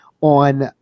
on